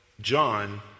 John